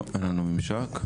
אין לנו ממשק.